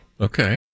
okay